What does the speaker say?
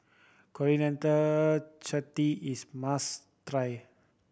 Coriander Chutney is must try